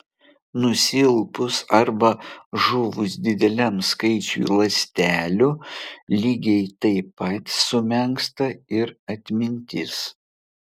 nusilpus arba žuvus dideliam skaičiui ląstelių lygiai taip pat sumenksta ir atmintis